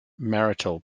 marital